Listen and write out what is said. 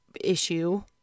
issue